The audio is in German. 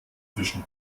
zwischen